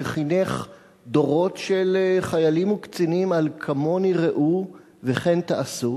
שחינך דורות של חיילים וקצינים על כמוני ראו וכן תעשו,